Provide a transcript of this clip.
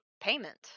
payment